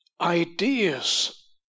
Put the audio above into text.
ideas